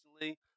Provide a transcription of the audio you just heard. recently